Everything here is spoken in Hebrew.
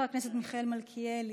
חבר הכנסת מיכאל מלכיאלי,